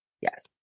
Yes